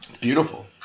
beautiful